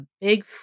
big